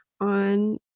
on